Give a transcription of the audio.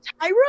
Tyra